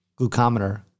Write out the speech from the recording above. glucometer